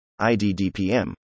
IDDPM